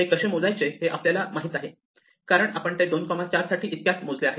ते कसे मोजायचे हे आपल्याला माहित आहे कारण आपण ते 2 4 साठी इतक्यात मोजले आहे